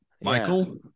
michael